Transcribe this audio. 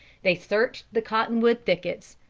they searched the cotton-wood thickets,